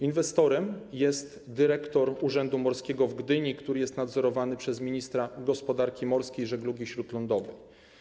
Inwestorem jest dyrektor Urzędu Morskiego w Gdyni, który jest nadzorowany przez ministra gospodarki morskiej i żeglugi śródlądowej.